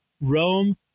Rome